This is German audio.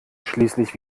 schließlich